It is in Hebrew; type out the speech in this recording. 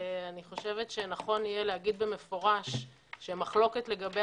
אני חושבת שנכון יהיה לומר במפורש שהמחלוקת לגבי